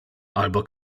albo